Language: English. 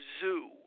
zoo